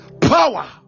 power